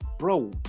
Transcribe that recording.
Bro